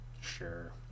sure